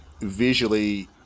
visually